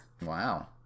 Wow